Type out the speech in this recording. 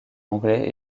anglais